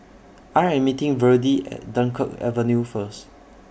I Am meeting Virdie At Dunkirk Avenue First